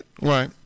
right